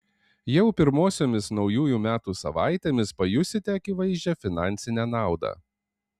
jau pirmosiomis naujųjų metų savaitėmis pajusite akivaizdžią finansinę naudą